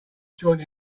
joint